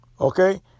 Okay